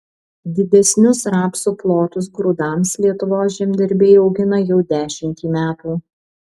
didesnius rapsų plotus grūdams lietuvos žemdirbiai augina jau dešimtį metų